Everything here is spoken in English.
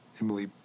Emily